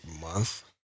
Month